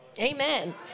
Amen